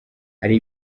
hari